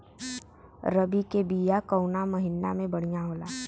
रबी के बिया कवना महीना मे बढ़ियां होला?